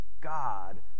God